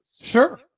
Sure